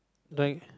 right